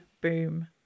boom